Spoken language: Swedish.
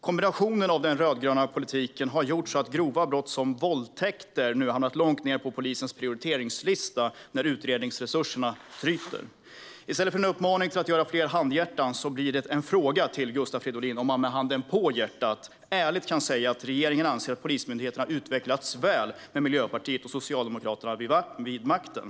Kombinationen av den röda och den gröna politiken har gjort att grova brott, till exempel våldtäkter, har hamnat långt ned på polisens prioriteringslista när utredningsresurserna tryter. I stället för en uppmaning till att göra något halvhjärtat ställer jag en fråga till Gustav Fridolin: Kan han med handen på hjärtat ärligt säga att regeringen anser att Polismyndigheten har utvecklats väl med Miljöpartiet och Socialdemokraterna vid makten?